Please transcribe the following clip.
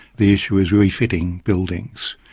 the issue is refitting buildings.